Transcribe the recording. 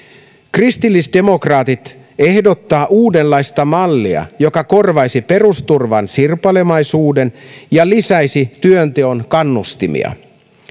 kristillisdemokraatit ehdottavat uudenlaista mallia joka korvaisi perusturvan sirpalemaisuuden ja lisäisi työnteon kannustimia